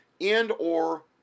and/or